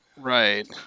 Right